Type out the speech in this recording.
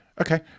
okay